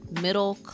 middle